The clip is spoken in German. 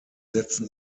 setzen